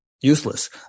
useless